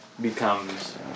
becomes